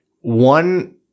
one